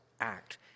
act